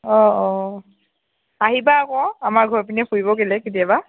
অ অ আহিবা আকৌ আমাৰ ঘৰৰ পিনে ফুৰিবলৈ কেতিয়াবা